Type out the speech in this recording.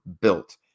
built